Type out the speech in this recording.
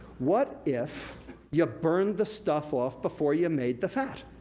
what if you burned the stuff off before you made the fat?